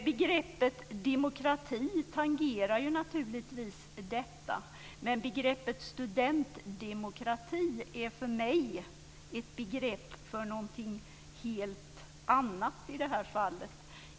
Begreppet demokrati tangerar naturligtvis detta. Men begreppet studentdemokrati är för mig ett begrepp för någonting helt annat i detta fall.